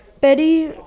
Betty